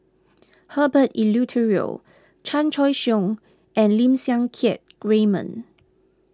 Herbert Eleuterio Chan Choy Siong and Lim Siang Keat Raymond